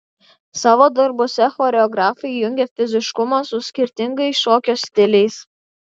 savo darbuose choreografai jungia fiziškumą su skirtingais šokio stiliais